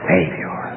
Savior